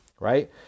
right